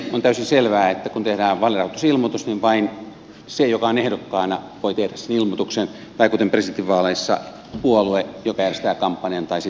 on täysin selvää että kun tehdään vaalirahoitusilmoitus niin vain se joka on ehdokkaana voi tehdä sen ilmoituksen tai kuten presidentinvaaleissa puolue joka järjestää kampanjan tai sitten tukiyhdistys